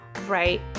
right